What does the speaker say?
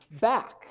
back